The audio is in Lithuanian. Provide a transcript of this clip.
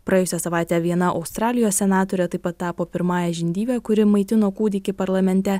praėjusią savaitę viena australijos senatorė taip pat tapo pirmąja žindyve kuri maitino kūdikį parlamente